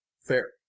Fair